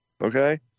Okay